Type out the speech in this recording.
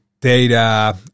data